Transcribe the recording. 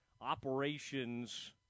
operations